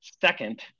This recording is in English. second